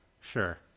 Sure